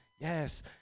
Yes